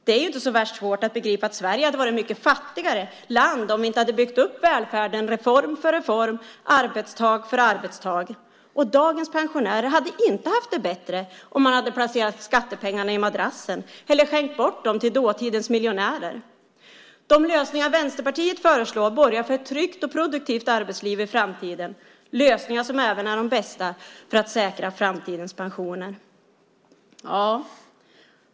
Det är inte så värst svårt att begripa att Sverige hade varit ett mycket fattigare land om vi inte hade byggt upp välfärden reform för reform, arbetstag för arbetstag. Dagens pensionärer hade inte haft det bättre om man hade placerat skattepengarna i madrassen eller skänkt bort dem till dåtidens miljonärer. De lösningar Vänsterpartiet föreslår borgar för ett tryggt och produktivt arbetsliv i framtiden med lösningar som även är de bästa för att säkra framtidens pensioner.